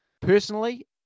personally